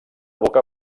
boca